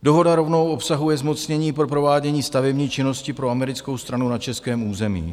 Dohoda rovnou obsahuje zmocnění pro provádění stavební činnosti pro americkou stranu na českém území.